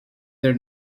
their